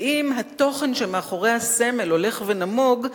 ואם התוכן שמאחורי הסמל הולך ונמוג,